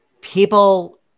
people